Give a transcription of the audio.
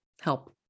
Help